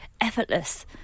effortless